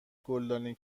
گلدانی